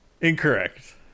Incorrect